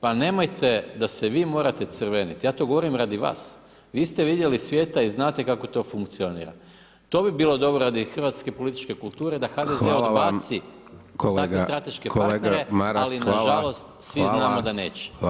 Pa nemojte da se vi morate crvenit, ja to govorim radi vas vi ste vidjeli svijeta i znate kako to funkcionira to bi bilo dobro radi hrvatske političke kulture da HDZ [[Upadica: Hvala vam.]] odbaci takve strateške partnere [[Upadica: Kolega Maras, hvala vam.]] ali na žalost svi znamo da neće.